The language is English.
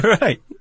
Right